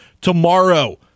Tomorrow